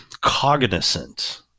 cognizant